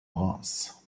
reims